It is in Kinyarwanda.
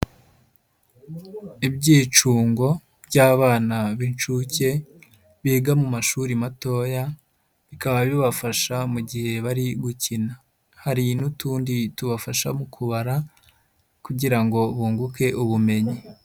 Ibyicungo by'abana b'inshuke, biga mu mashuri matoya, bikaba bibafasha mu gihe bari gukina. Hari n'utundi tubafasha mu kubara kugira ngo bunguke ubumenyi.